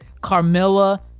Carmilla